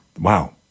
Wow